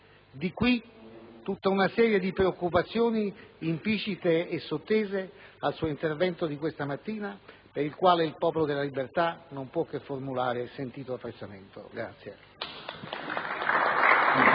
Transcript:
Di qui tutta una serie di preoccupazioni implicite e sottese al suo intervento di questa mattina per il quale il Popolo della Libertà non può che formulare sentito apprezzamento.